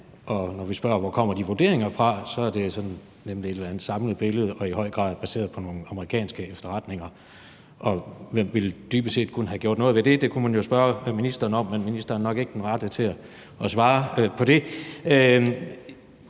Og når vi spørger om, hvor de vurderinger kom fra, er svaret, at det er et eller andet samlet billede og i høj grad baseret på nogle amerikanske efterretninger. Og hvem ville dybest set have kunnet gøre noget ved det? Det kunne man jo spørge ministeren om, men ministeren er nok ikke den rette til at svare på det.